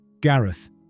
Gareth